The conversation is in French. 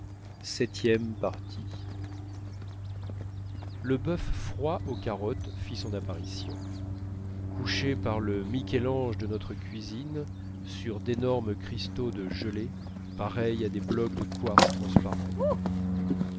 le bœuf froid aux carottes fit son apparition couché par le michel-ange de notre cuisine sur d'énormes cristaux de gelée pareils à des blocs de quartz transparent